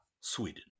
Sweden